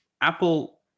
Apple